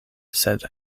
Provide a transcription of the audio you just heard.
sed